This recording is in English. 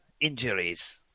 injuries